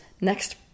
next